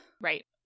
right